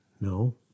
No